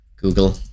google